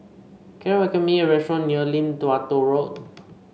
can you recommend me a restaurant near Lim Tua Tow Road